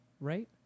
right